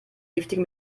giftige